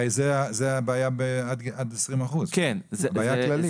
הרי זאת הבעיה עד 20%, זאת בעיה כללית.